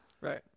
Right